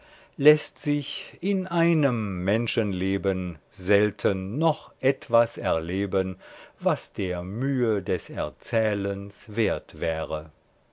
läßt sich in einem menschenleben selten noch etwas erleben was der mühe des erzählens wert wäre